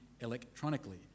electronically